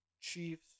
Chiefs